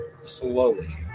slowly